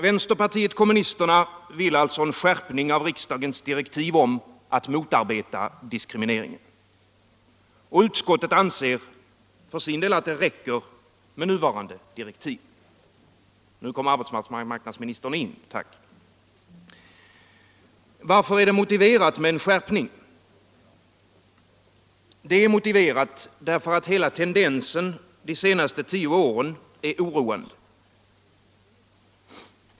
Vänsterpartiet kommunisterna vill en skärpning av riksdagens direktiv om att motarbeta diskrimineringen. Utskottet anser för sin del att det räcker med nuvarande direktiv. Nu kom arbetsmarknadsministern in. Tack. Varför är det motiverat med en skärpning? Det är motiverat därför att hela terdensen de senaste tio åren är oroande.